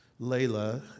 Layla